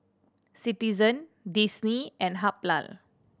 Citizen Disney and Habhal